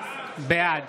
בעד